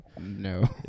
no